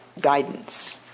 guidance